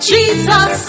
Jesus